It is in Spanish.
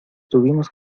tuvimos